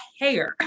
hair